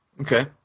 Okay